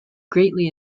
greatly